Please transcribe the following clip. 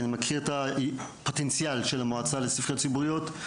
אני מכיר את הפוטנציאל של המועצה לספריות ציבוריות.